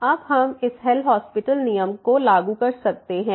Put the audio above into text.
और अब हम एल हास्पिटल LHospital नियम लागू कर सकते हैं